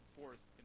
fourth